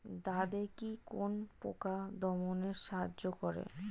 দাদেকি কোন পোকা দমনে সাহায্য করে?